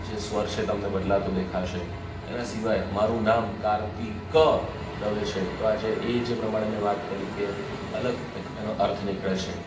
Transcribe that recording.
જે સ્વર છે તમને બદલાતો દેખાશે એના સિવાય મારું નામ કાર્તિક દવે છે તો આ જે એ જે પ્રમાણે મેં વાત કરી કે અલગ એક એનો અર્થ નીકળે છે